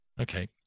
Okay